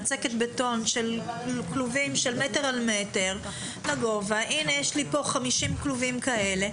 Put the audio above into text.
לצקת בטון של כלובים של מטר על מטר והנה יש לו 50 כלובים כאלה.